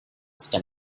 stem